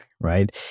Right